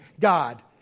God